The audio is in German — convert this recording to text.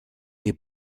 ihr